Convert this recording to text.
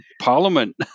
Parliament